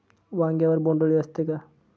वांग्यावर बोंडअळी असते का?